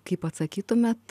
kaip atsakytumėt